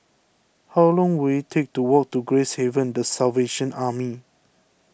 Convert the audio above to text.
how long will it take to walk to Gracehaven the Salvation Army